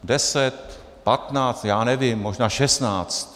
Deset patnáct, já nevím, možná šestnáct.